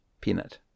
Peanut